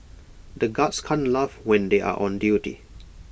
the guards can't laugh when they are on duty